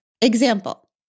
Example